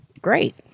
Great